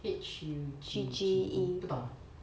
H U G G E 不懂